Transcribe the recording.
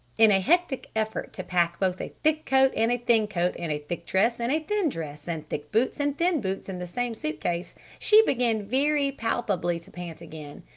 in a hectic effort to pack both a thick coat and a thin coat and a thick dress and a thin dress and thick boots and thin boots in the same suit-case she began very palpably to pant again.